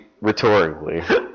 rhetorically